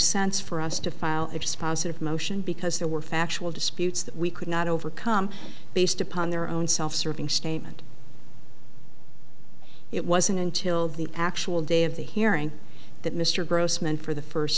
sense for us to file if spouse of motion because there were factual disputes that we could not overcome based upon their own self serving statement it wasn't until the actual day of the hearing that mr grossman for the first